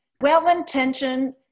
well-intentioned